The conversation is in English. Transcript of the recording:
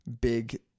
big